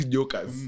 Jokers